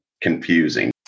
confusing